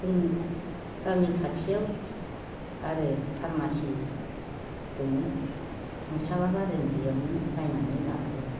जोंनि गामि खाथियाव आरो फारमासि दङ मोनस्लाबाबा जों बेयावनो बायनानै लाबोयो